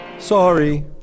Sorry